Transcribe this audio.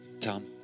Tom